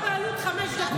העברת בעלות, חמש דקות.